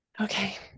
Okay